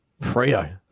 Frio